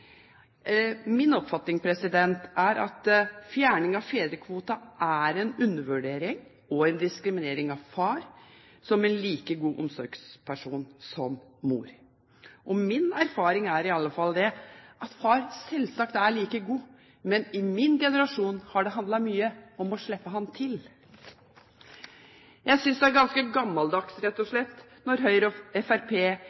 Min oppfatning er at fjerning av fedrekvoten er en undervurdering og en diskriminering av far som en like god omsorgsperson som mor. Min erfaring er i alle fall den at far selvsagt er like god, men i min generasjon har det handlet mye om å slippe ham til. Jeg synes det er ganske gammeldags, rett og